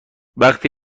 وقتی